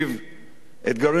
אתגרים לא פשוטים.